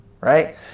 Right